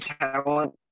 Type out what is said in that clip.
talent